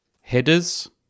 headers